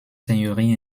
seigneurie